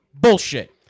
Bullshit